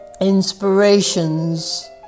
inspirations